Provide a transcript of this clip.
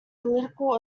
political